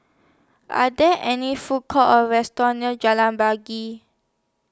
Are There any Food Courts Or restaurants near Jalan Pari Key